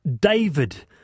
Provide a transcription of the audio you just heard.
David